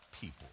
people